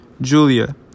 Julia